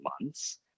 months